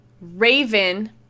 Raven